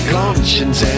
conscience